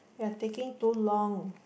you're taking too long